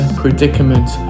predicament